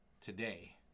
today